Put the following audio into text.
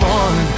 one